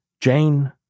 Jane